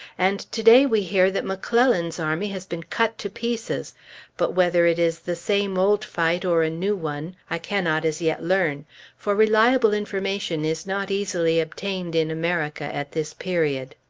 and to-day we hear that mcclellan's army has been cut to pieces but whether it is the same old fight or a new one, i cannot as yet learn for reliable information is not easily obtained in america at this period.